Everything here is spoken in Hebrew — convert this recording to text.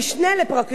שי ניצן,